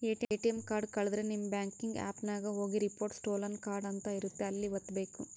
ATM card ಕಳುದ್ರೆ ನಿಮ್ banking app ನಾಗ ಹೋಗಿ ರಿಪೋರ್ಟ್ ಸ್ಟೋಲನ್ ಕಾರ್ಡ್ ಅಂತ ಇರುತ್ತ ಅಲ್ಲಿ ವತ್ತ್ಬೆಕು